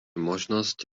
možnosť